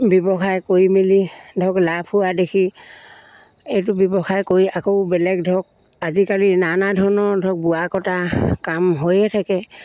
ব্যৱসায় কৰি মেলি ধৰক লাভ হোৱা দেখি এইটো ব্যৱসায় কৰি আকৌ বেলেগ ধৰক আজিকালি নানা ধৰণৰ ধৰক বোৱা কটা কাম হৈয়ে থাকে